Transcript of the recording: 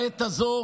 בעת הזאת